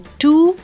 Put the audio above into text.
two